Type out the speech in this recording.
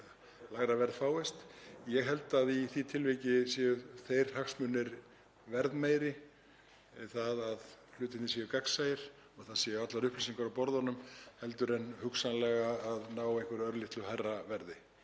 lægra verð fáist. Ég held að í því tilviki séu þeir hagsmunir verðmeiri að hlutirnir séu gagnsæir og að allar upplýsingar séu uppi á borðunum heldur en hugsanlega að ná einhverju örlitlu hærra verði.